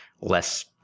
less